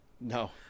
No